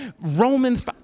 Romans